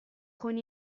con